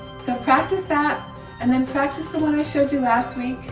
so practice that and then practice the one i showed you last week.